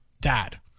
dad